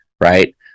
right